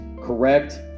correct